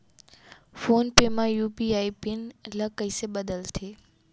Phone पे म UPI pin ल कइसे बदलथे?